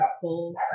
full